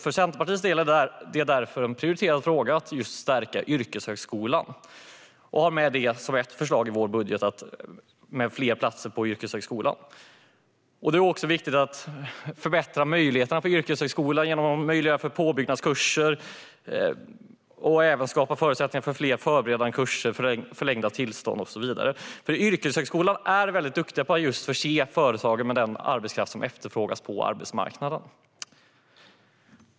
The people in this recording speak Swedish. För Centerpartiet är det därför en prioriterad fråga att stärka yrkeshögskolan. Vi har därför i vår budget föreslagit att det ska bli fler platser i yrkeshögskolan. Det är också viktigt att förbättra möjligheterna för yrkeshögskolan genom att möjliggöra påbyggnadskurser och även att skapa förutsättningar för fler förberedande kurser, förlängda tillstånd och så vidare. Yrkeshögskolan är nämligen mycket duktig på att förse företagen med den arbetskraft som efterfrågas på arbetsmarknaden.